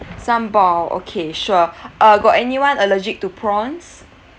sambal okay sure uh got anyone allergic to prawns